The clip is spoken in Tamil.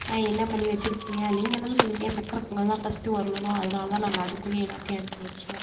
என்ன பண்ணி வெச்சிருக்கீங்க நீங்கள் தானே சொன்னீங்க சக்கரை பொங்கல் தான் ஃபர்ஸ்ட்டு வரணுன்னு அதனாலதான் நாங்கள் அதுக்குள்ளேயே எல்லாத்தையும் எடுத்து வைச்சோம்